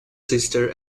sister